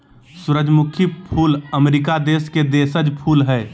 सूरजमुखी फूल अमरीका देश के देशज फूल हइ